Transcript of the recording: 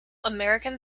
american